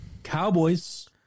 Cowboys